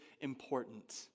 important